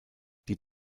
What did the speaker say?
die